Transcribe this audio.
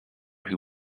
who